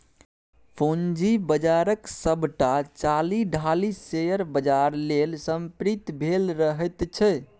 पूंजी बाजारक सभटा चालि ढालि शेयर बाजार लेल समर्पित भेल रहैत छै